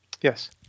Yes